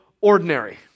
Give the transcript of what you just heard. ordinary